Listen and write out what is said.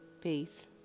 Peace